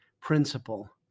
principle